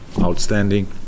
outstanding